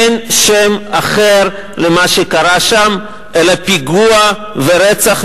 אין שם אחר למה שקרה שם אלא פיגוע ורצח,